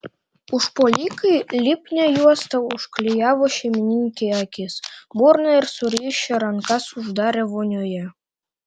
užpuolikai lipnia juosta užklijavo šeimininkei akis burną ir surišę rankas uždarė vonioje